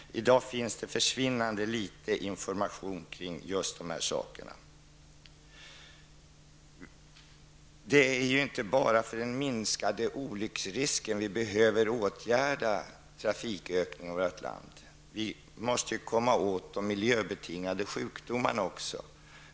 I dag finns det försvinnande litet information kring detta. Det är inte bara för den minskade olycksrisken som vi behöver åtgärda trafikökningen i vårt land. Vi måste också komma åt de miljöbetingade sjukdomarna.